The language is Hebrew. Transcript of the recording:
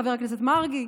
חבר הכנסת מרגי.